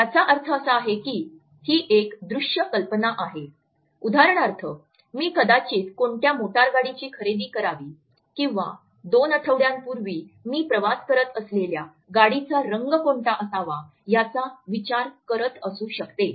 याचा अर्थ असा आहे की ही एक दृश्य कल्पना आहे उदाहरणार्थ मी कदाचित कोणत्या मोटार गाडीची खरेदी करावी किंवा दोन आठवड्यांपूर्वी मी प्रवास करत असलेल्या गाडीचा रंग कोणता असावा याचा विचार करत असू शकते